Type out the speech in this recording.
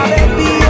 Baby